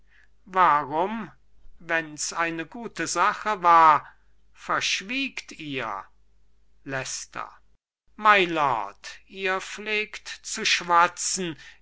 warum wenn's eine gute sache war verschwiegt ihr leicester mylord ihr pflegt zu schwatzen